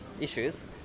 issues